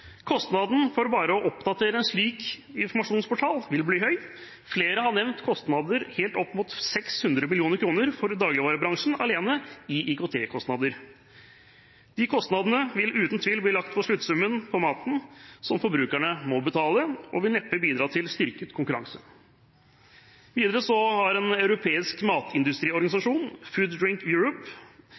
Kostnaden for bare å oppdatere en slik informasjonsportal vil bli høy. Flere har nevnt IKT-kostnader helt opptil 600 mill. kr for dagligvarebransjen alene. De kostnadene vil uten tvil bli lagt på sluttsummen på maten som forbrukerne må betale, og vil neppe bidra til styrket konkurranse. Videre har en europeisk matindustriorganisasjon,